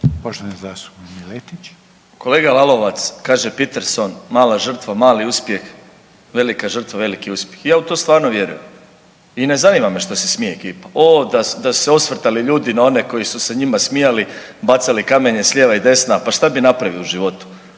Marin (MOST)** Kolega Lalovac, kaže Peterson mala žrtva, mali uspjeh, velika žrtva veliki uspjeh i ja u to stvarno vjerujem i ne zanima me šta se smije ekipa. Ovo da su se osvrtali ljudi na one koji su se njima smijali, bacali kamenje s lijeva i desna, pa šta bi napravili u životu.